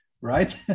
right